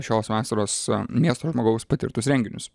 šios vasaros em miesto žmogaus patirtus renginius